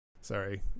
sorry